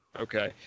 okay